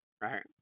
Right